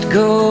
go